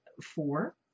Four